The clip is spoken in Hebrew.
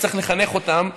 שצריך לחנך אותם,